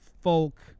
folk